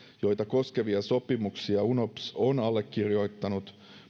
joita koskevia sopimuksia unops on allekirjoittanut